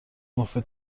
مفید